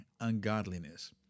ungodliness